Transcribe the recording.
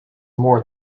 more